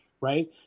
right